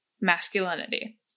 masculinity